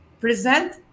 present